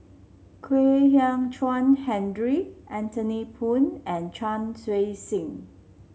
Kwek Hian Chuan Henry Anthony Poon and Chan Chun Sing